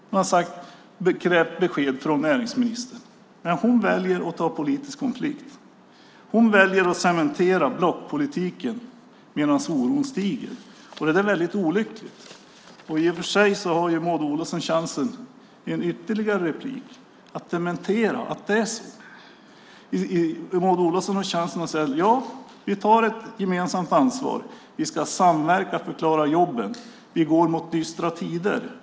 Man har krävt besked från näringsministern, men hon väljer att ta politisk konflikt. Hon väljer att cementera blockpolitiken medan oron stiger. Det är väldigt olyckligt. I och för sig har Maud Olofsson chansen i en ytterligare replik att dementera att det är så. Maud Olofsson har chansen att säga: Ja, vi tar ett gemensamt ansvar. Vi ska samverka för att klara jobben. Vi går mot dystra tider.